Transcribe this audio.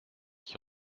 qui